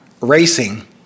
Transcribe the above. racing